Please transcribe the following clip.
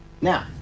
Now